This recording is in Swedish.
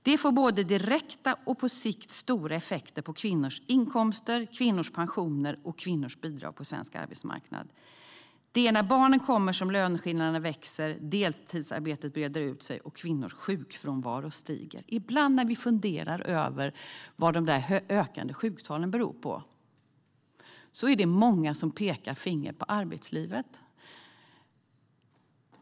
Det får både direkt och på sikt stora effekter på kvinnors inkomster, kvinnors pensioner och kvinnors bidrag på svensk arbetsmarknad. Det är när barnen kommer som löneskillnaderna växer, deltidsarbetet breder ut sig och kvinnors sjukfrånvaro stiger. Ibland funderar vi över vad de ökande sjuktalen beror på. Det är många som pekar finger på arbetslivet.